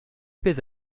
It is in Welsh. bydd